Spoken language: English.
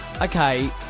Okay